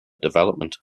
development